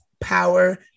Power